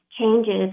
changes